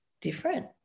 different